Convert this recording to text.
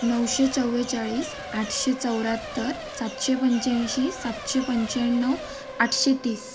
नऊशे चव्वेचाळीस आठशे चौऱ्याहत्तर सातशे पंच्याऐंशी सातशे पंच्याण्णव आठशे तीस